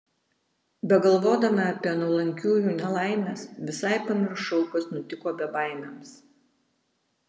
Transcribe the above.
begalvodama apie nuolankiųjų nelaimes visai pamiršau kas nutiko bebaimiams